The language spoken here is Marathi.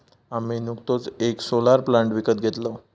आम्ही नुकतोच येक सोलर प्लांट विकत घेतलव